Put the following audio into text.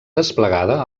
desplegada